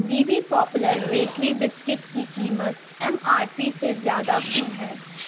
be B popular bakery biscuit کی قیمت M R P سے زیادہ کیوں ہے